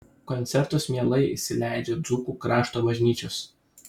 koncertus mielai įsileidžia dzūkų krašto bažnyčios